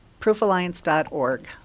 ProofAlliance.org